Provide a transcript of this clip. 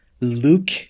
Luke